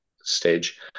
stage